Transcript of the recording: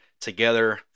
together